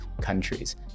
countries